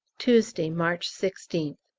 tuesday, march sixteenth.